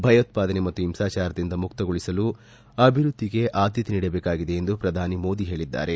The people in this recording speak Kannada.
ಭಯೋತ್ವಾದನೆ ಮತ್ತು ಹಿಂಸಾಚಾರದಿಂದ ಮುಕ್ತಗೊಳಿಸಲು ಅಭಿವೃದ್ಧಿಗೆ ಆದ್ಯತೆ ನೀಡಬೇಕಾಗಿದೆ ಎಂದು ಪ್ರಧಾನಿ ಮೋದಿ ಹೇಳಿದ್ದಾರೆ